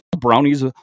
brownies